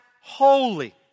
holy